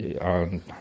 on